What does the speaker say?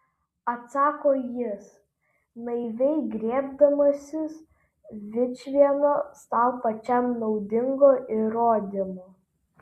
atsako jis naiviai griebdamasis vičvieno sau pačiam naudingo įrodymo